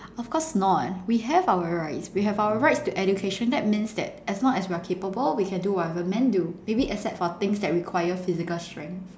of course not we have our rights we have our rights to education that means that as long as we are capable we can do whatever men do maybe except for things that require physical strength